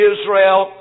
Israel